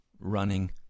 running